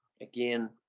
again